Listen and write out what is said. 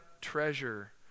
treasure